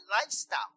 lifestyle